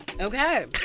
Okay